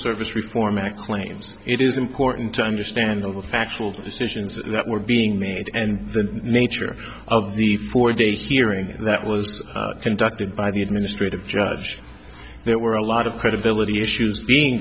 service reform act claims it is important to understand the actual decisions that were being made and the nature of the four day hearing that was conducted by the administrative judge there were a lot of credibility issues being